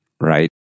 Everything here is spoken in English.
right